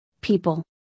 People